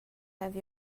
have